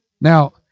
Now